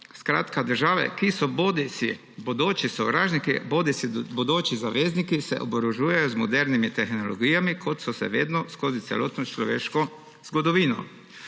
Skratka države, ki so bodisi bodoči sovražniki bodisi bodoči zavezniki, se oborožujejo z modernimi tehnologijami, kot so se vedno skozi celotno človeško zgodovino.